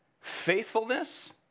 faithfulness